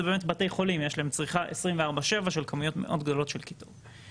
באמת יש להם צריכה 24/7 של כמויות מאוד גבוהות של קיטור.